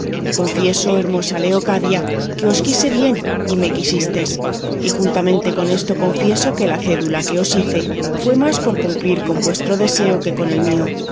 confieso hermosa leocadia que os quise bien y me quisistes y juntamente con esto confieso que la cédula que os hice fue más por cumplir con vuestro deseo que con el mío